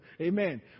Amen